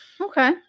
Okay